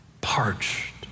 parched